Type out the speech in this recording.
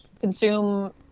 consume